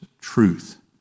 truth